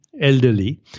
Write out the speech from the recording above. elderly